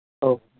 ꯑꯧ